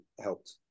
helped